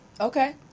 Okay